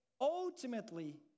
Ultimately